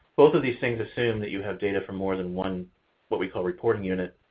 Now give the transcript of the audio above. both of these things assume that you have data from more than one what we call reporting unit,